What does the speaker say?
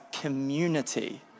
community